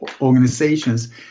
Organizations